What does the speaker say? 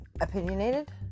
opinionated